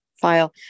file